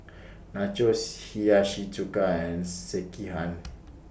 Nachos Hiyashi Chuka and Sekihan